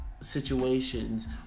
situations